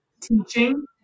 teaching